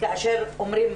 כאשר אומרים